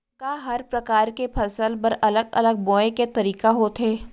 का हर प्रकार के फसल बर अलग अलग बोये के तरीका होथे?